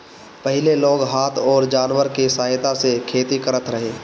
पहिले लोग हाथ अउरी जानवर के सहायता से खेती करत रहे